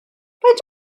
faint